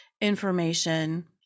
information